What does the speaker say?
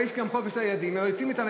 יש גם יום חופש לילדים אז יוצאים אתם.